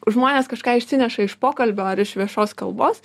žmonės kažką išsineša iš pokalbio ar iš viešos kalbos